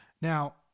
now